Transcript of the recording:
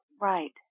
right